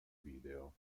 video